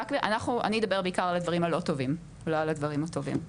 אני אדבר בעיקר על הדברים הלא טובים לא על הדברים הטובים.